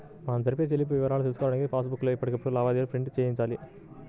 మనం జరిపే చెల్లింపుల వివరాలను తెలుసుకోడానికి పాస్ బుక్ లో ఎప్పటికప్పుడు లావాదేవీలను ప్రింట్ చేయించాలి